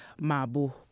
Mabu